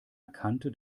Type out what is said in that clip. erkannte